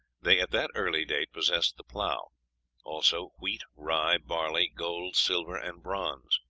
they at that early date possessed the plough also wheat, rye, barley, gold, silver, and bronze.